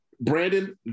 Brandon